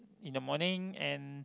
in the morning and